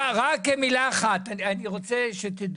רק מילה אחת, אני רוצה שתדעו,